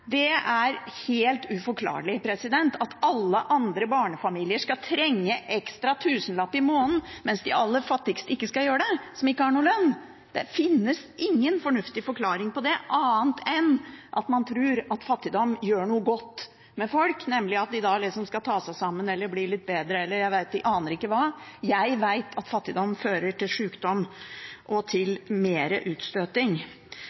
Det er helt uforklarlig at alle andre barnefamilier skal trenge en ekstra tusenlapp i måneden, mens de aller fattigste, som ikke har noen lønn, ikke skal gjøre det. Det finnes ingen fornuftig forklaring på det, annet enn at man tror at fattigdom gjør noe godt med folk, nemlig at de da skal ta seg sammen, eller bli litt bedre, eller jeg aner ikke hva. Jeg vet at fattigdom fører til sjukdom og mer utstøting.